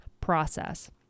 process